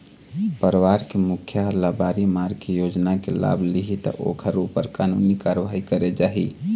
परवार के मुखिया ह लबारी मार के योजना के लाभ लिहि त ओखर ऊपर कानूनी कारवाही करे जाही